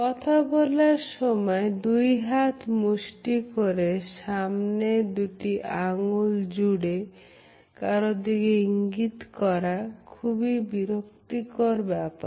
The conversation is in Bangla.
কথা বলার সময় দুই হাত মুষ্টি করে সামনে দুটি আঙ্গুল জুড়ে কারো দিকে ইঙ্গিত করা খুবই বিরক্তিকর ব্যাপার